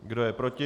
Kdo je proti?